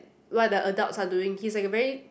what the adults are doing he's like a very